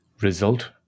result